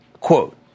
quote